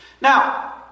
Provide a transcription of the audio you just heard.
Now